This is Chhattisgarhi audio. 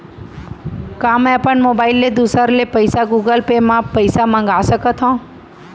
का मैं अपन मोबाइल ले दूसर ले पइसा गूगल पे म पइसा मंगा सकथव?